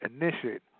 initiate